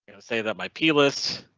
say that my p list.